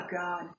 God